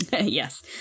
Yes